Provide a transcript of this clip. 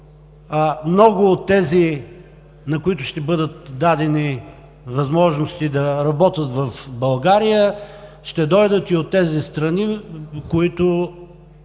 много от тези, на които ще бъде дадена възможност да работят в България, ще дойдат и от тези страни, от